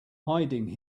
hiding